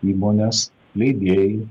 įmonės leidėjai